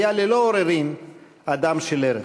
היה ללא עוררין אדם של ערך.